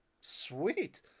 Sweet